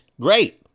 great